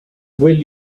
will